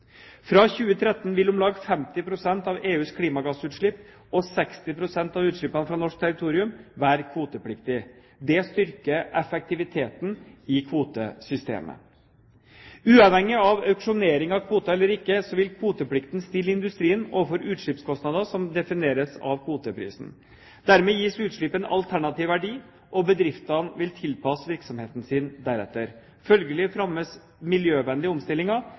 Fra 2013 vil om lag 50 pst. av EUs klimagassutslipp og 60 pst. av utslippene fra norsk territorium være kvotepliktige. Det styrker effektiviteten i kvotesystemet. Uavhengig av auksjonering av kvoter eller ikke, vil kvoteplikten stille industrien overfor utslippskostnader som defineres av kvoteprisen. Dermed gis utslipp en alternativ verdi, og bedriftene vil tilpasse virksomheten sin deretter. Følgelig fremmes miljøvennlige omstillinger.